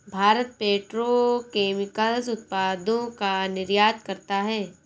Bharat petrochemicals उत्पादों का निर्यात करता है